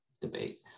debate